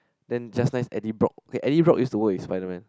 then just nice Eddie-Brock okay Eddie-Brock use to work with Spider Man